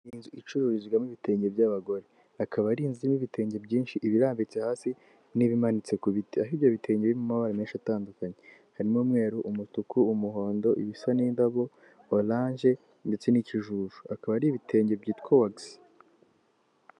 Inzu icururizwamo ibitenge by'abagore akaba ari inzu irimo ibitenge byinshi ibirambitse hasi n'ibimanitse ku biti, aho ibyo bitenge birimo amabara menshi atandukanye harimo umweru, umutuku, umuhondo, ibisa n'indabo oranje ndetse n'ikijuju. Akaba ari ibitenge byitwa wagisi.